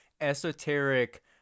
esoteric